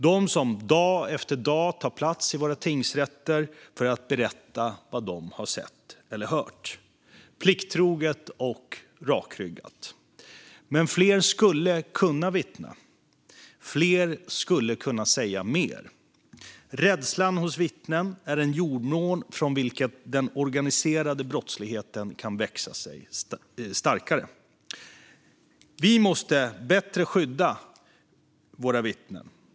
Det är de som dag efter dag tar plats i våra tingsrätter för att berätta vad de har sett eller hört, plikttroget och rakryggat. Men fler skulle kunna vittna; fler skulle kunna säga mer. Rädslan hos vittnen är en jordmån ur vilken den organiserade brottsligheten kan växa sig starkare. Vi måste bättre skydda våra vittnen.